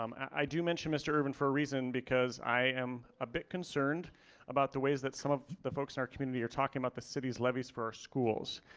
um i do mention mr. ervin for a reason because i am a bit concerned about the ways that some of the folks in our community are talking about the city's levies for our schools.